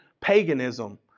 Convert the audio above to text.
paganism